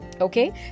okay